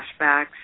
flashbacks